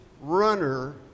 runner